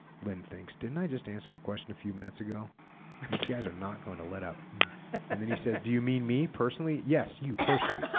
lynn thinks didn't i just answer the question a few minutes ago these guys are not going to let up and then he says do you mean me personally yes you personally